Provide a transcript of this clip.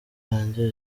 wanjye